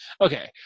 Okay